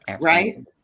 Right